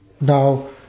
Now